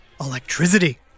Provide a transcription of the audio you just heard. electricity